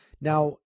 Now